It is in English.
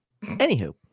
Anywho